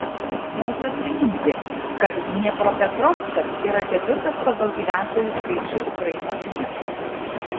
verta priminti kad dniepropetrovskas yra ketvirtas pagal gyventojų skaičių ukrainos miestas